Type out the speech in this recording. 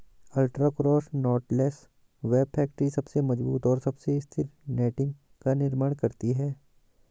ultra cross knotless web factory सबसे मजबूत और सबसे स्थिर नेटिंग का निर्माण करती है